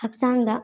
ꯍꯛꯆꯥꯡꯗ